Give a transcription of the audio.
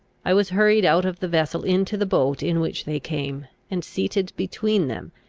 i was hurried out of the vessel into the boat in which they came, and seated between them,